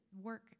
work